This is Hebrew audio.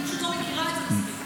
כי אני פשוט לא מכירה את זה מספיק.